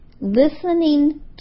Listening